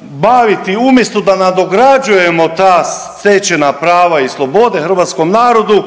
baviti umjesto da nadograđujemo ta stečena prava i slobode hrvatskom narodu